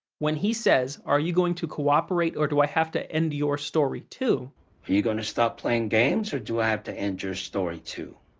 when he says, are you going to cooperate, or do i have to end your story, too. are you going to stop playing games, or do i have to end your story, too.